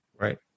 Right